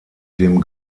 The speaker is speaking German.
dem